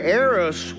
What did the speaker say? eros